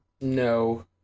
No